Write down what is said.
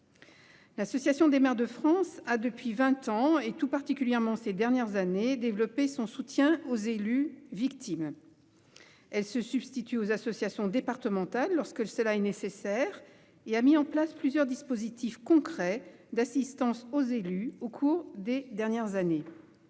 L'Association des maires de France a, depuis vingt ans et tout particulièrement ces dernières années, développé son soutien aux élus victimes. Elle se substitue aux associations départementales lorsque cela est nécessaire. Elle a mis en place plusieurs dispositifs concrets d'assistance aux élus au cours des dernières années.